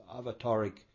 avataric